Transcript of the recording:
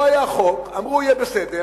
לא היה חוק, ואמרו שיהיה בסדר.